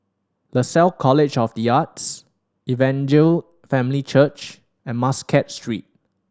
Lasalle College of The Arts Evangel Family Church and Muscat Street